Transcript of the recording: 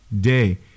day